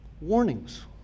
warnings